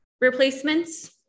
replacements